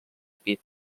pit